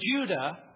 Judah